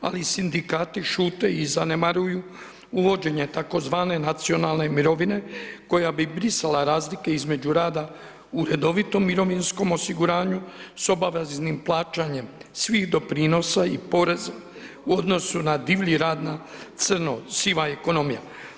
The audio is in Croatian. Ali sindikati šute i zanemaruju uvođenje tzv. nacionalne mirovine koja bi brisala razlike između rada u redovitom mirovinskom osiguranju s obaveznim plaćanjem svih doprinosa i poreza u odnosu na divlji rad na crno, siva ekonomija.